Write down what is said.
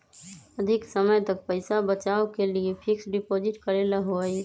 अधिक समय तक पईसा बचाव के लिए फिक्स डिपॉजिट करेला होयई?